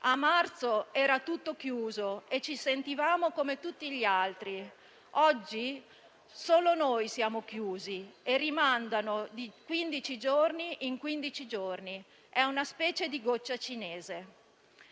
a marzo era tutto chiuso e ci sentivamo come tutti gli altri; oggi solo noi siamo chiusi e rimandano di quindici giorni in quindi giorni; è una specie di goccia cinese.